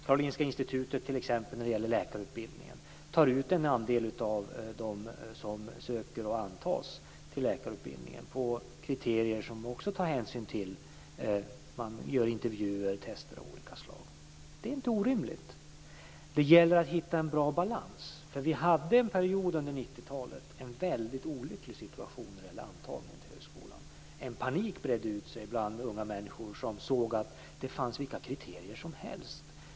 Karolinska institutet, t.ex. - när det gäller läkarutbildningen - antar en andel av dem som söker till läkarutbildningen på kriterier som också tar hänsyn till annat. Man gör intervjuer och tester av olika slag. Det är inte orimligt. Det gäller att hitta en bra balans. Vi hade en period under 90-talet en väldigt olycklig situation när det gäller antagningen till högskolan. En panik bredde ut sig bland unga människor som såg att vilka kriterier som helst gällde.